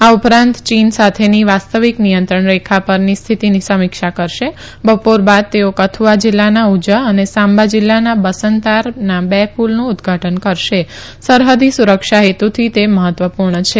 આ ઉપરાંત ચીન સાથેની વાસ્તવિક નિયંત્રણ રેખા પરની સ્થિતિની સમીક્ષા કરશે બપોર બાદ તેઓ કથુઆ જિલ્લાના ઉજ્ અને સાંબા જિલ્લાના બસંતારના બે પુલનું ઉદ્ઘાટન કરશે સરહદી સુરક્ષા હેતુથી તે મહત્વપૂર્ણ છે